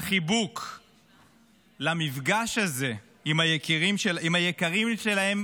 לחיבוק למפגש הזה עם היקרים שלהם